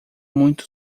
muito